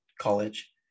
college